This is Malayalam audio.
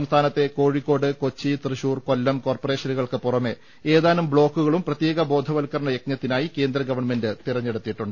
സംസ്ഥാനത്തെ കോഴിക്കോട് കൊച്ചി തൃശൂർ കൊല്ലം കോർപറേഷ നുകൾക്ക് പുറമെ ഏതാനും ബ്ലോക്കുകളും പ്രത്യേക ബോധവൽക്കരണ യജ്ഞ ത്തിനായി കേന്ദ്ര ഗവൺമെന്റ് തെരഞ്ഞെടുത്തിട്ടുണ്ട്